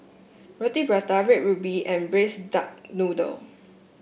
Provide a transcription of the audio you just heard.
Roti Prata Red Ruby and Braised Duck Noodle